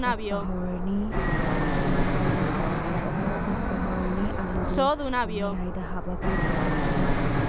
ꯇꯥꯛꯄ ꯍꯧꯔꯅꯤ ꯌꯥꯝ ꯄꯥꯎꯗꯔ ꯈꯔ ꯈꯔ ꯍꯥꯞꯄꯒ ꯇꯥꯛꯄ ꯍꯧꯔꯅꯤ ꯑꯂꯨꯗꯣ ꯃꯌꯥꯏꯗ ꯍꯥꯞꯄꯒ ꯇꯥꯛꯄ ꯀꯟꯗ